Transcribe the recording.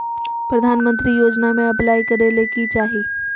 प्रधानमंत्री योजना में अप्लाई करें ले की चाही?